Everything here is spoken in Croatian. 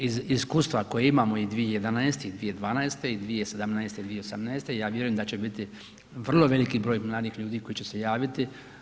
Iz iskustva koje imamo i 2011. i 2012. i 2017. i 2018. ja vjerujem da će biti vrlo veliki broj mladih ljudi koji će se javiti.